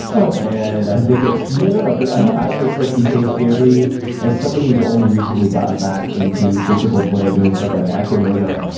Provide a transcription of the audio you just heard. so and i think it's no, no, no, but it's like it's a very as someone who's only recently gotten back into physical play, doing stuff like and yoga,